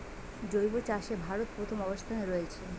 জৈব চাষে ভারত প্রথম অবস্থানে রয়েছে